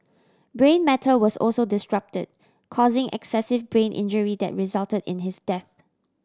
brain matter was also disrupted causing excessive brain injury that resulted in his death